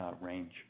range